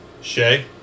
shay